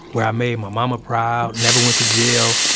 where i made my momma proud, never went to jail,